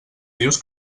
dius